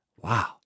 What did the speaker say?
Wow